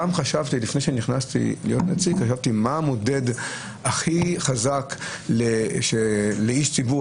לפני שנכנסתי להיות נציג חשבתי מה המודד הכי חזק לאיש ציבור,